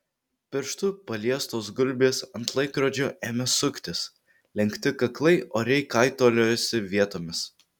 pirštu paliestos gulbės ant laikrodžio ėmė suktis lenkti kaklai oriai kaitaliojosi vietomis